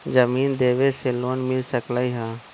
जमीन देवे से लोन मिल सकलइ ह?